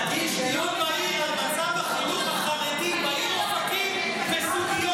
תגיש דיון מהיר על מצב החינוך החרדי בעיר אופקים וסוגיות